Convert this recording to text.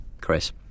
Chris